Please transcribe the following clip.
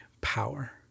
power